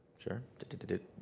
sure, dit dit dit dit,